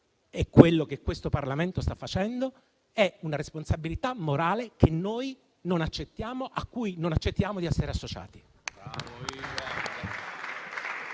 è quello che questo Parlamento sta facendo - è una responsabilità morale che noi non accettiamo e a cui non accettiamo di essere associati.